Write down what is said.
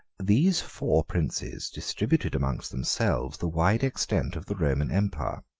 these four princes distributed among themselves the wide extent of the roman empire.